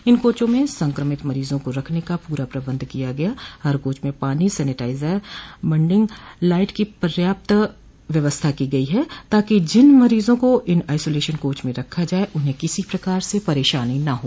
इन कोचों में संक्रमित मरीज का रखने का पूरा प्रबंध किया गया गया हर कोच में पानी सेनेटाइजर बडिंग लाइट की पर्याप्त व्यवस्था की गई है ताकि जिन मरीजों को इन आइसोलेशन कोच में रखा जाए उन्हें किसी प्रकार से परेशानी न हो